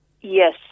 Yes